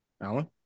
Alan